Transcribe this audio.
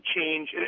change